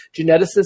Geneticists